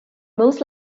most